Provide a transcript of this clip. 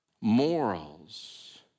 morals